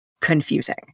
confusing